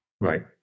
Right